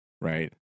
right